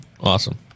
awesome